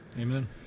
Amen